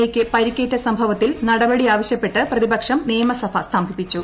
എയ്ക്ക് പരിക്കേറ്റ സംഭവത്തിൽ നടപടി ആവശ്യപ്പെട്ട് പ്രതിപക്ഷം നിയമസഭ സ്തംഭിപ്പിച്ചു